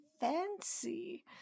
fancy